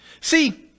See